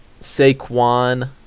Saquon